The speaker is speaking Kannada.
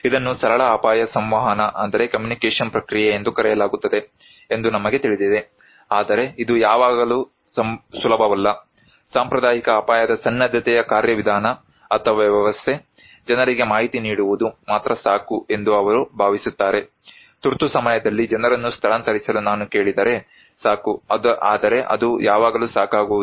ಇದನ್ನು ಸರಳ ಅಪಾಯ ಸಂವಹನ ಪ್ರಕ್ರಿಯೆ ಎಂದು ಕರೆಯಲಾಗುತ್ತದೆ ಎಂದು ನಮಗೆ ತಿಳಿದಿದೆ ಆದರೆ ಇದು ಯಾವಾಗಲೂ ಸುಲಭವಲ್ಲ ಸಾಂಪ್ರದಾಯಿಕ ಅಪಾಯದ ಸನ್ನದ್ಧತೆಯ ಕಾರ್ಯವಿಧಾನ ಅಥವಾ ವ್ಯವಸ್ಥೆ ಜನರಿಗೆ ಮಾಹಿತಿ ನೀಡುವುದು ಮಾತ್ರ ಸಾಕು ಎಂದು ಅವರು ಭಾವಿಸುತ್ತಾರೆ ತುರ್ತು ಸಮಯದಲ್ಲಿ ಜನರನ್ನು ಸ್ಥಳಾಂತರಿಸಲು ನಾನು ಕೇಳಿದರೆ ಸಾಕು ಆದರೆ ಅದು ಯಾವಾಗಲೂ ಸಾಕಾಗುವುದಿಲ್ಲ